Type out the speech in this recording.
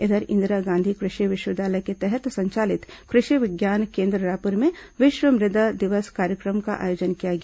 इधर इंदिरा गांधी कृषि विश्वविद्यालय के तहत संचालित कृषि विज्ञान केन्द्र रायपुर में विश्व मृदा दिवस कार्यक्रम का आयोजन किया गया